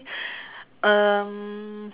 um